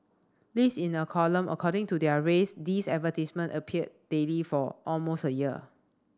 list in a column according to their race these advertisement appeared daily for almost a year